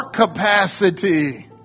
capacity